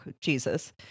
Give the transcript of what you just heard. Jesus